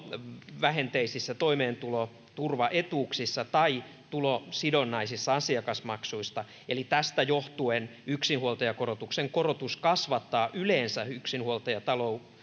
tulovähenteisissä toimeentuloturva etuuksissa tai tulosidonnaisissa asiakasmaksuissa ja tästä johtuen yksinhuoltajakorotuksen korotus kasvattaa yleensä yksinhuoltajatalouden